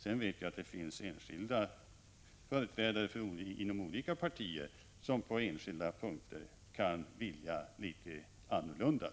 Sedan vet jag att det finns enskilda företrädare inom olika partier som på enskilda punkter kan vilja litet annorlunda.